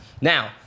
Now